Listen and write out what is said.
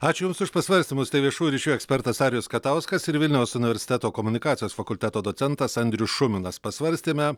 ačiū jums už pasvarstymus tai viešųjų ryšių ekspertas arijus katauskas ir vilniaus universiteto komunikacijos fakulteto docentas andrius šuminas pasvarstėme